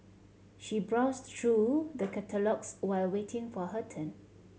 she browsed through the catalogues while waiting for her turn